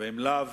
אם לאו.